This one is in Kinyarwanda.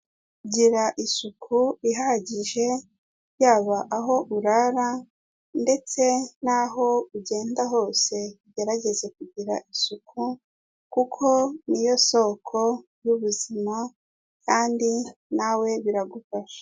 Gira isuku ihagije; yaba aho urara ndetse n'aho ugenda hose ugerageze kugira isuku kuko ni yo soko y'ubuzima kandi na we biragufasha.